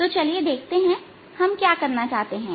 तो चलिए देखते हैं कि हम क्या करना चाहते हैं